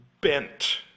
bent